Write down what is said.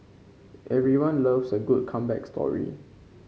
everyone loves a good comeback story